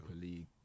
league